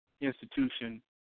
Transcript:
Institution